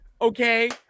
okay